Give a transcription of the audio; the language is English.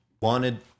wanted